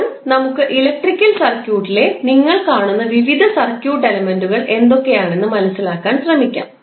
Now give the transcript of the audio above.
ഇപ്പോൾ നമുക്ക് ഇലക്ട്രിക്കൽ സർക്യൂട്ടിലെ നിങ്ങൾ കാണുന്ന വിവിധ സർക്യൂട്ട് എലമെൻറുകൾ എന്തൊക്കെയാണെന്ന് മനസിലാക്കാൻ ശ്രമിക്കാം